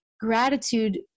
Gratitude